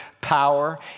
power